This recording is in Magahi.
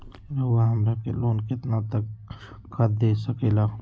रउरा हमरा के लोन कितना तक का दे सकेला?